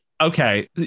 Okay